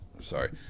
Sorry